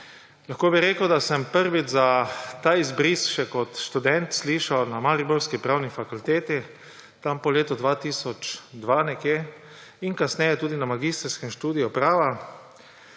Lahko bi rekel, da sem prvič za ta izbris še kot študent slišal na mariborski pravni fakulteti po letu 2002 in kasneje tudi na magistrskem študiju prava,